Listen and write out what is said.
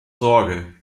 sorge